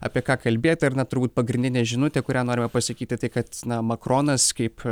apie ką kalbėt ar ne turbūt pagrindinė žinutė kurią norima pasakyti tai kad na makronas kaip